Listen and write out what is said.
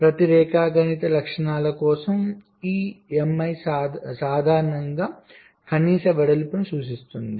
కాబట్టి ప్రతి రేఖాగణిత లక్షణాల కోసం ఈ Mi సాధారణంగా కనీస వెడల్పును సూచిస్తుంది